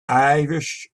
irish